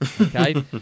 Okay